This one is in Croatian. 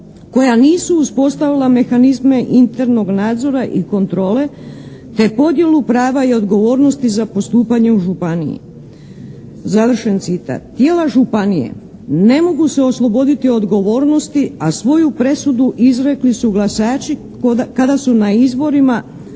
koja nisu uspostavila mehanizme internog nadzora i kontrole te podjelu prava i odgovornosti za postupanje u županiji", završen citat.